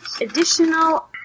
additional